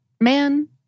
man